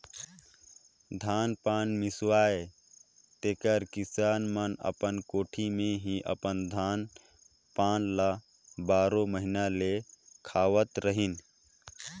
धान पान मिसाए तेकर किसान मन कोठी मे ही अपन धान पान ल बारो महिना ले राखत रहिन